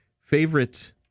favorite